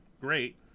Great